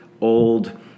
old